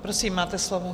Prosím, máte slovo.